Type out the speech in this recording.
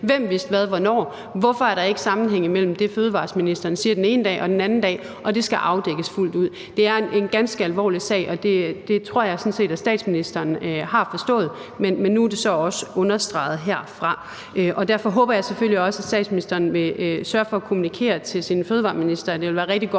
Hvem vidste hvad hvornår? Hvorfor er der ikke en sammenhæng imellem det, fødevareministeren siger den ene dag og den anden dag? Det skal afdækkes fuldt ud. Det er en ganske alvorlig sag, og det tror jeg sådan set at statsministeren har forstået, men nu er det så også understreget herfra. Derfor håber jeg selvfølgelig også, at statsministeren vil sørge for at kommunikere til sin fødevareminister, at det ville være rigtig godt,